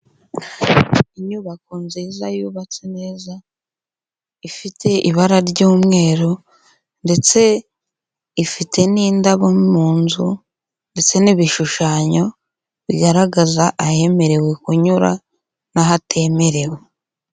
Inyubako nziza yubatse neza, ifite ibara ry'umweru ndetse ifite n'indabo mu nzu ndetse n'ibishushanyo bigaragaza ahemerewe kunyura n'ahatemerewe.